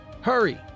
Hurry